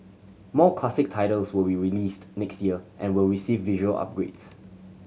more classic titles will be released next year and will receive visual upgrades